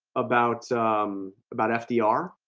about about fdr